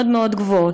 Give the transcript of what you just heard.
מאוד מאוד גבוהות.